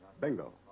bingo